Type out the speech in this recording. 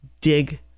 dig